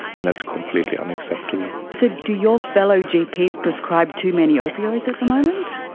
and that's completely unacceptable. so do your fellow gps prescribe too many opioids at the moment?